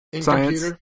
science